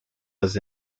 was